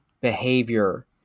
behavior